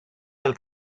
del